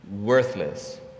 worthless